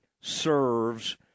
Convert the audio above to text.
serves